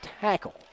tackle